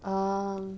um